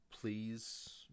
please